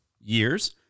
years